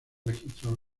registros